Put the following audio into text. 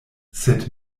sed